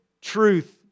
truth